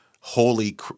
holy